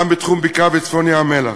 גם בבקעה ובצפון ים-המלח.